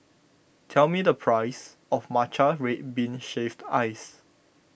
tell me the price of Matcha Red Bean Shaved Ice